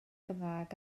gymraeg